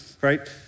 right